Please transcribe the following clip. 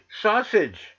sausage